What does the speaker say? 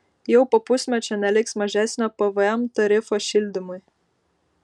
jau po pusmečio neliks mažesnio pvm tarifo šildymui